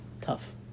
Tough